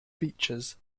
features